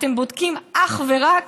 אתם בודקים אך ורק